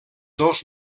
dos